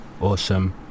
Awesome